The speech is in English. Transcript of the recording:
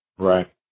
Right